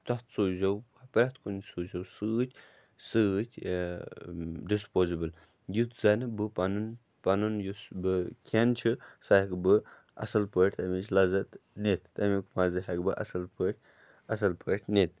تَتھ سوٗزیو پرٛٮ۪تھ کُنہِ سوٗزیو سۭتۍ سۭتۍ ڈِسپوزِبٕل یُتھ زَنہٕ بہٕ پَنُن پَنُن یُس بہٕ کھٮ۪ن چھُ سُہ ہٮ۪کہٕ بہٕ اَصٕل پٲٹھۍ تَمِچ لَزت نِتھ تمیُک مَزٕ ہٮ۪کہٕ بہٕ اَصٕل پٲٹھۍ اَصٕل پٲٹھۍ نِتھ